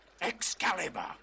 Excalibur